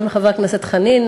גם לחבר הכנסת חנין,